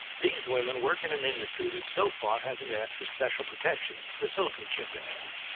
these women work in an industry that so far hasn't asked for special protection the silicon chip industry.